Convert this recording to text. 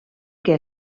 que